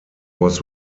was